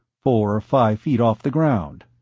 four or five feet off the ground.